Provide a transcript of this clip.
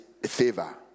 Favor